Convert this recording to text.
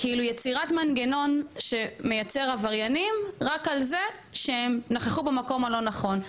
יצירת מנגנון שמייצר עבריינים רק על זה שהם נכחו במקום הלא נכון.